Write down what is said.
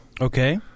Okay